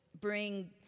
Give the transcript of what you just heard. bring